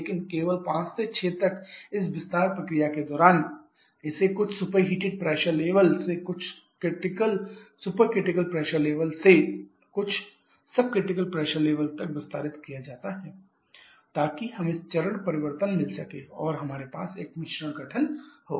लेकिन केवल 5 से 6 तक इस विस्तार प्रक्रिया के दौरान इसे कुछ सुपरहीटेड प्रेशर लेवल से कुछ सुपरक्रिटिकल प्रेशर लेवल से कुछ सब क्रिटिकल प्रेशर लेवल तक विस्तारित किया जाता है ताकि हमें चरण परिवर्तन मिल सकें और हमारे पास एक मिश्रण गठन हो